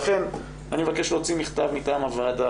לכן אני מבקש להוציא מכתב מטעם הוועדה